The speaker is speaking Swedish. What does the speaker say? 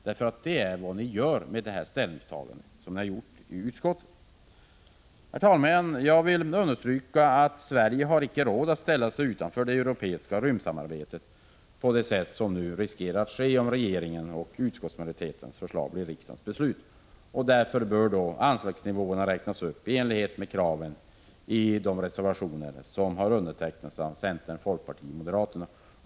Det är ju vad ni gör med ert ställningstagande i utskottet. Herr talman! Jag vill understryka att Sverige inte har råd att ställa sig utanför det europeiska rymdsamarbetet på det sätt som nu riskerar att ske, om regeringens och utskottsmajoritetens förslag blir riksdagens beslut. Därför bör anslagsnivåerna räknas upp i enlighet med kraven i de reservationer som har undertecknats av centern, folkpartiet och moderaterna. Herr talman!